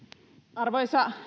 arvoisa